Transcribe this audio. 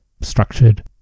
structured